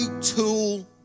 tool